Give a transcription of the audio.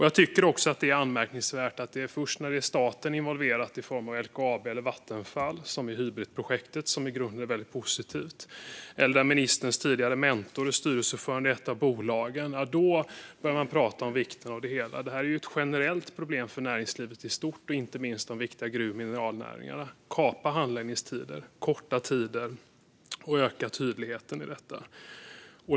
Jag tycker att det är anmärkningsvärt att det är först när staten är involverad i form av LKAB eller Vattenfall, som i Hybritprojektet, som i grunden är väldigt positivt, eller när ministerns tidigare mentor är styrelseordförande i ett av bolagen som man börjar prata om vikten av det hela. Detta är ju ett generellt problem för näringslivet i stort, inte minst de viktiga gruv och mineralnäringarna. Det handlar om att förkorta handläggningstiderna och öka tydligheten.